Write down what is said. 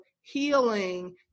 healing